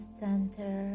center